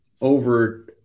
over